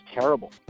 terrible